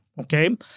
Okay